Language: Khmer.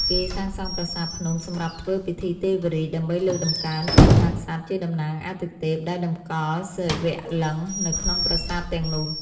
គេសាងសង់ប្រាសាទភ្នំសម្រាប់ធ្វើពិធីទេវរាជ ដើម្បីលើកតម្កើងព្រះមហាក្សត្រជាតំណាងអាទិទេព ដោយតម្កល់សិវលិង្គនៅក្នុងប្រាសាទទាំងនោះ។